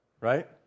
right